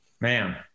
Man